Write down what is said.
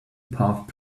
path